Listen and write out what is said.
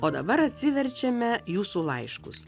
o dabar atsiverčiame jūsų laiškus